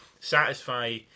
satisfy